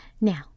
Now